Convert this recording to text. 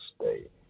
state